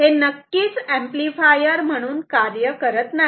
ते नक्कीच एंपलीफायर म्हणून कार्य करणार नाही